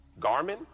Garmin